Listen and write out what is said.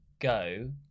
go